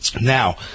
Now